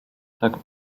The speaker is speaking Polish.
tak